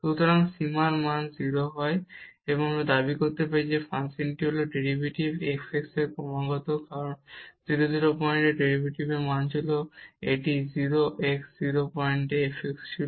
যদি এই সীমাটি 0 এর সমান হয় আমরা দাবি করতে পারি যে ফাংশনটি হল ডেরিভেটিভ f x ক্রমাগত কারণ এটি 0 0 পয়েন্টে ডেরিভেটিভ মান ছিল এটি 0 x 0 পয়েন্টে f x ছিল